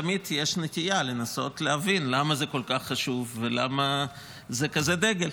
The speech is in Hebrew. תמיד יש נטייה לנסות להבין למה זה כל כך חשוב ולמה זה כזה דגל.